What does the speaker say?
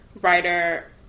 writer